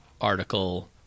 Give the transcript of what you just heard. article